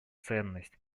ценность